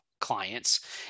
clients